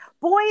boys